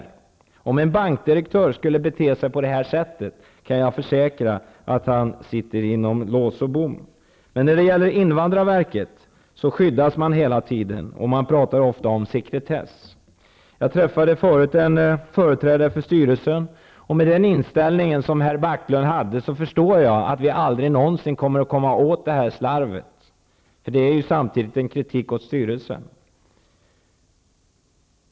Jag kan försäkra er att om en bankdirektör skulle bete sig på detta sätt, skulle han få sitta inom lås och bom. Men invandrarverket skyddas hela tiden, och man pratar ofta om sekretess. Jag träffade förut en företrädare för styrelsen. Med den inställning som herr Backlund har, förstår jag att vi aldrig någonsin kommer åt detta slarv. Det skulle ju innebära en kritik mot styrelsen.